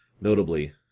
Notably